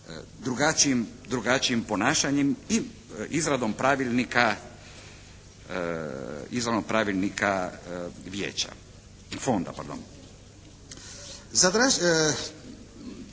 drugačijim ponašanjem i izradom pravilnika vijeća,